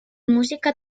música